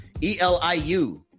E-L-I-U